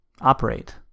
operate